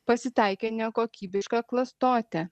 pasitaikė nekokybiška klastotė